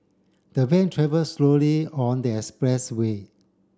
the van travel slowly on the expressway